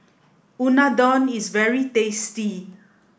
Unadon is very tasty